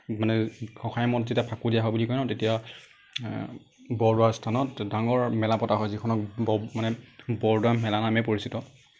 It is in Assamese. মানে গোসাঁই মূৰত যেতিয়া ফাকু দিয়া হয় বুলি কয় ন তেতিয়া বৰদোৱা স্থানত ডাঙৰ মেলা পতা হয় যিখনত ব মানে বৰদোৱা মেলা নামে পৰিচিত